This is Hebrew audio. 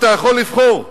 אתה יכול לבחור.